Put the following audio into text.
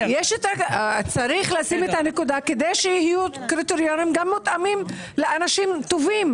צריך לשים את הנקודה כדי שיהיו קריטריונים גם מותאמים לאנשים טובים,